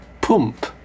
Pump